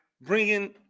bringing